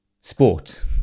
sport